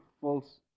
false